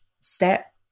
step